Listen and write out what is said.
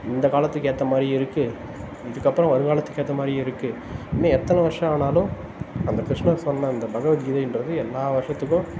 இந்த காலத்துக்கு ஏற்ற மாதிரி இருக்கு இதற்கப்றம் வருங்காலத்துக்கு ஏற்ற மாதிரியும் இருக்கு இன்னும் எத்தனை வருஷம் ஆனாலும் அந்த கிருஷ்ணர் சொன்ன அந்த பகவத்கீதைன்றது எல்லாம் வருஷத்துக்கும்